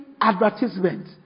advertisement